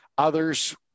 Others